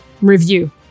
Review